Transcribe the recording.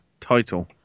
title